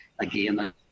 Again